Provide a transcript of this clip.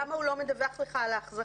למה הוא לא מדווח לך על ההחזרה?